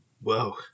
Whoa